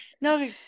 No